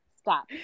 Stop